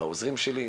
העוזרים שלי.